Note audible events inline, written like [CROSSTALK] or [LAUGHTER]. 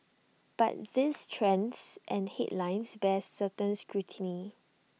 but these trends and headlines bear [UNINTELLIGIBLE] scrutiny